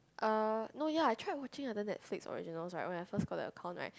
uh no ya I try watching and then the fixed original when I first got the account right